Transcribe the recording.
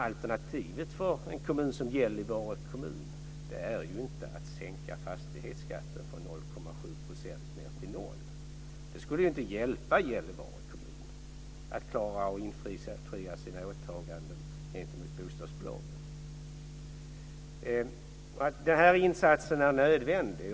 Alternativet för en kommun som Gällivare är ju inte att sänka fastighetsskatten från 0,7 % ned till 0. Det skulle inte hjälpa Gällivare kommun att infria sina åtaganden gentemot bostadsbolagen. Den här insatsen är nödvändig.